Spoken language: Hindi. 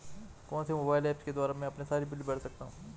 कौनसे मोबाइल ऐप्स के द्वारा मैं अपने सारे बिल भर सकता हूं?